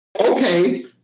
okay